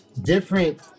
different